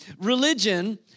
Religion